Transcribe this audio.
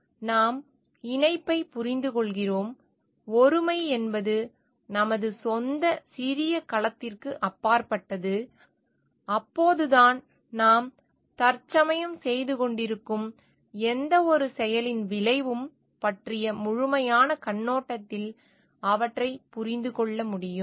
நாம் இணைப்பைப் புரிந்துகொள்கிறோம் ஒருமை என்பது நமது சொந்தச் சிறிய கலத்திற்கு அப்பாற்பட்டது அப்போதுதான் நாம் தற்சமயம் செய்துகொண்டிருக்கும் எந்தவொரு செயலின் விளைவும் பற்றிய முழுமையான கண்ணோட்டத்தில் அவற்றைப் புரிந்துகொள்ள முடியும்